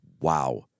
wow